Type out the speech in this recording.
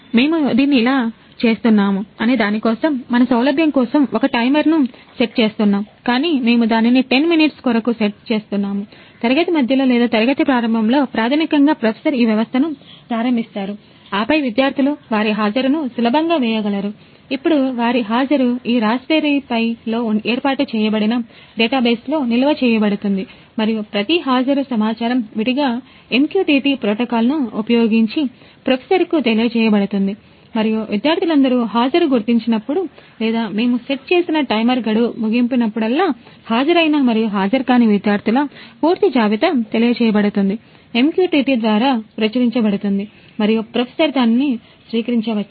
మేము దీన్ని ఇలా చేస్తున్నాము అనే దాని కోసం మన సౌలభ్యం కోసం ఒక టైమర్ లో నిల్వ చేయబడుతుంది మరియు ప్రతి హాజరు సమాచారం విడిగా MQTT ప్రోటోకాల్ను ఉపయోగించి ప్రొఫెసర్కు తెలియజేయబడుతుంది మరియు విద్యార్థులందరూ హాజరు గుర్తించినప్పుడు లేదా మేము సెట్ చేసిన టైమర్ గడువు ముగిసినప్పుడల్లా హాజరైన మరియు హాజరుకాని విద్యార్థుల పూర్తి జాబితా తెలియజేయబడుతుంది MQTT ద్వారా ప్రచురించబడుతుంది మరియు ప్రొఫెసర్ దానిని స్వీకరించవచ్చు